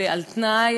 ועל-תנאי,